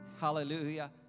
Hallelujah